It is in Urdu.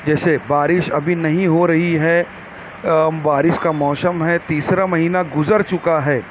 جیسے بارش ابھی نہیں ہو رہی ہے بارس کا موسم ہے تیسرا مہینہ گذر چکا ہے